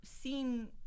seen